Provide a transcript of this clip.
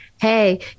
Hey